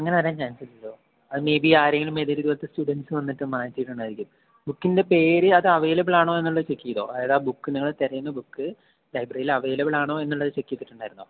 അങ്ങനെ വരാൻ ചാൻസ് ഇല്ലല്ലോ അത് മെയ്ബി ആരെങ്കിലും ഏതെലുമിതേപ്പോലത്തെ സ്റ്റുഡൻറ്സ് വന്ന് മാറ്റിയിട്ടുണ്ടായിരിക്കും ബുക്കിൻ്റെ പേര് അത് അവൈലബിൾ ആണോയെന്നുള്ളത് ചെക്ക് ചെയ്തോ ഏതാ ആ ബുക്ക് നിങ്ങളാ തിരയുന്ന ബുക്ക് ലൈബ്രറിയിൽ അവൈലബിൾ ആണോയെന്നുള്ളത് ചെക്ക് ചെയ്തിട്ടുണ്ടായിരുന്നോ